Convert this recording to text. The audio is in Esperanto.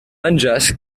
aranĝas